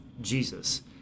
Jesus